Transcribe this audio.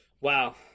Wow